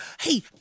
Hey